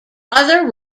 other